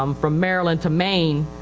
um from maryland to maine.